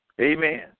Amen